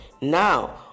Now